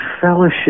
fellowship